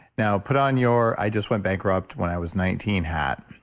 now, put on your i just went bankrupt when i was nineteen hat,